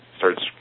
starts